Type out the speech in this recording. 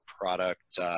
product